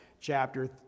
Chapter